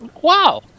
Wow